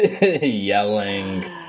yelling